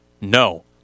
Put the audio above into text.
No